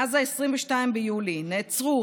מאז 22 ביולי נעצרו,